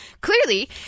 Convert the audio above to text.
clearly